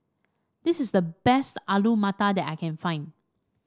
this is the best Alu Matar that I can find